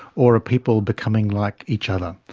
or are people becoming like each other?